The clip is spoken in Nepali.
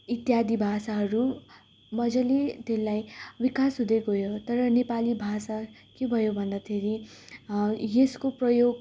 इत्यादि भाषाहरू मजाले त्यसलाई विकास हुँदै गयो तर नेपाली भाषा के भयो भन्दाखेरि यसको प्रयोग